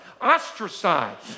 ostracized